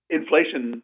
inflation